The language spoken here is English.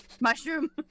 Mushroom